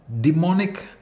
demonic